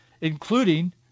including